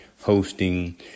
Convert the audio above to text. hosting